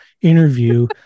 interview